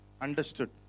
understood